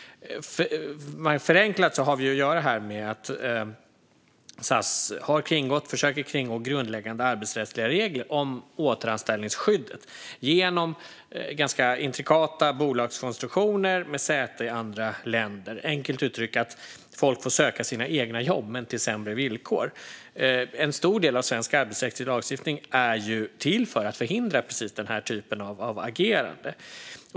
Förenklat har vi här att göra med att SAS försöker att kringgå grundläggande arbetsrättsliga regler om återanställningsskyddet genom ganska intrikata bolagskonstruktioner med säte i andra länder. Det innebär enkelt uttryckt att människor får söka sina egna jobb men till sämre villkor. En stor del av svensk arbetsrättslig lagstiftning är till precis för att förhindra den här typen av agerande.